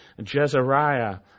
Jezariah